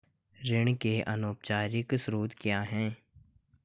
ऋण के अनौपचारिक स्रोत क्या हैं?